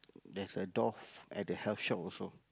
there's a dove at the health shop also